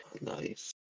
Nice